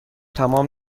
تمام